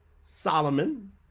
Solomon